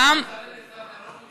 יצא מהארון כיהודי גא.